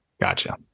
Gotcha